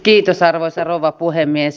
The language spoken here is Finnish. kiitos arvoisa rouva puhemies